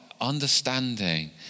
understanding